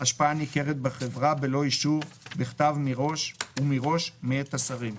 השפעה ניכרת בחברה בלא אישור בכתב ומראש מאת השרים,